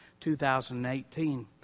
2018